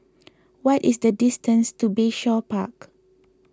what is the distance to Bayshore Park